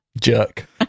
Jerk